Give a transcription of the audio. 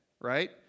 right